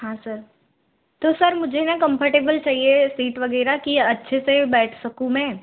हाँ सर तो सर मुझे न कम्फ़र्टेबल चाहिए सीट वगैरह की अच्छे से बैठ सकूँ मैं